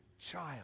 child